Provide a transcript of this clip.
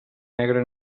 negra